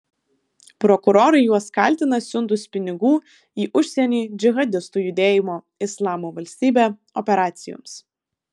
prokurorai juos kaltina siuntus pinigų į užsienį džihadistų judėjimo islamo valstybė operacijoms